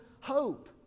hope